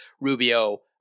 Rubio